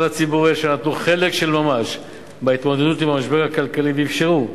הציבורי אשר נטלו חלק של ממש בהתמודדות עם המשבר הכלכלי ואפשרו,